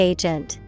Agent